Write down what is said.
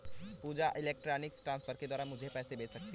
पूजा electronic transfer के द्वारा मुझें पैसा भेजेगी